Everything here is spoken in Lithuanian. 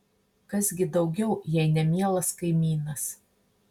kas gi daugiau jei ne mielas kaimynas